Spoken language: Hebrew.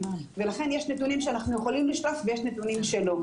ולכן יש נתונים שאנחנו יכולים לשלוף ויש נתונים שלא.